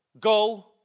Go